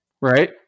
right